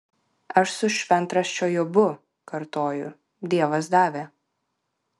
aš su šventraščio jobu kartoju dievas davė